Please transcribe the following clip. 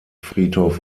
friedhof